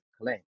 claim